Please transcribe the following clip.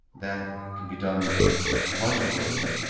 that can be done in a bunch of ways.